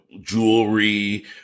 jewelry